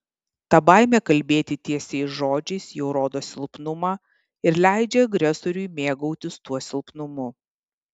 ta baimė kalbėti tiesiais žodžiais jau rodo silpnumą ir leidžia agresoriui mėgautis tuo silpnumu